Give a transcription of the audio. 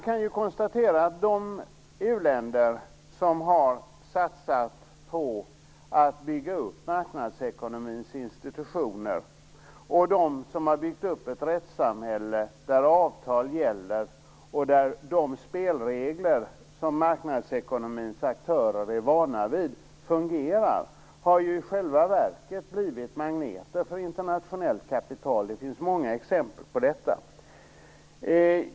De u-länder som har satsat på att bygga upp marknadsekonomins institutioner och de som har byggt upp ett rättssamhälle där avtal gäller och där de spelregler som marknadsekonomins aktörer är vana vid fungerar, har ju i själva verket blivit magneter för internationellt kapital. Det finns många exempel på detta.